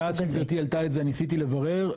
מאז שגברתי העלתה את זה ניסיתי לברר,